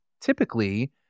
typically